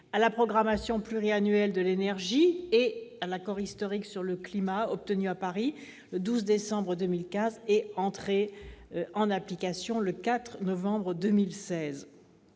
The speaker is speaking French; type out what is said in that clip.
à la Programmation pluriannuelle de l'énergie, et à l'accord historique sur le climat obtenu à Paris le 12 décembre 2015, et entré en application le 4 novembre 2016.